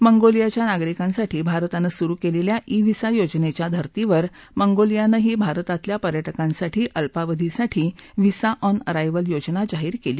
मंगोलियाच्या नागरिकांसाठी भारतानं सुरू केलेल्या ई व्हिसा योजनेच्या धर्तीवर मंगोलियानंही भारतातल्या पर्यटकांसाठी अल्पावधीसाठी व्हिसा ऑन अरा बिल योजना जाहीर केली